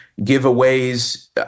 giveaways